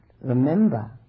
remember